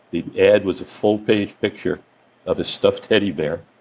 the ad was a full-page picture of a stuffed teddy bear